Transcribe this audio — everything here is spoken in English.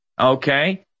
okay